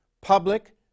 public